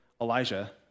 Elijah